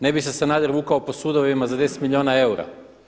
Ne bi se Sanader vukao po sudovima za 10 milijuna eura.